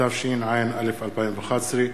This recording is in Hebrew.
התשע"א 2011,